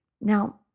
Now